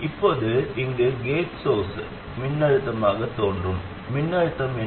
அப்போது இங்கு gate source மின்னழுத்தமாகத் தோன்றும் மின்னழுத்தம் என்ன